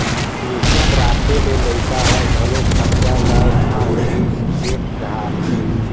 ATM राखे ले लइका ह घलो खरचा ल उंहा ले ही निपेट दारथें